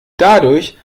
dadurch